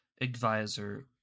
advisor